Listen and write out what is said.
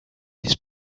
his